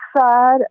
sad